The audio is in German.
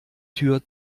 tür